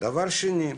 דבר שני,